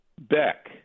Beck